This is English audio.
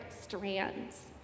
strands